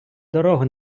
дорогу